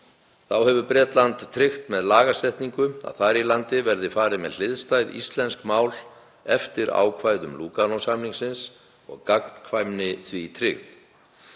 Þá hefur Bretland tryggt með lagasetningu að þar í landi verði farið með hliðstæð íslensk mál eftir ákvæðum Lúganósamningsins og gagnkvæmni því tryggð.